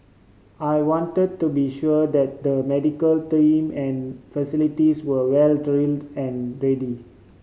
I want to be sure that the medical team and facilities were well drilled and ready